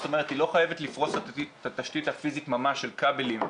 זאת אומרת היא לא חייבת לפרוס את התשתית הפיזית ממש של כבלים,